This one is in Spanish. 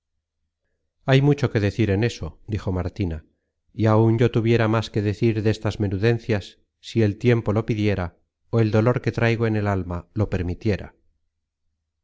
hay mucho que decir en eso dijo martina y áun yo tuviera más que decir destas menudencias si el tiempo lo pidiera ó el dolor que traigo en el alma lo permitiera